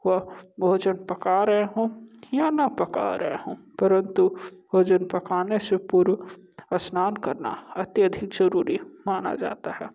वह भोजन पका रहे हों या ना पका रहे हों परंतु भोजन पकाने से पूर्व स्नान करना अत्यधिक ज़रूरी माना जाता है